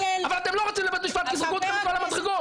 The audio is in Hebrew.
אבל אתם לא רוצים לבית המשפט כי יזרקו אתכם מכל המדרגות.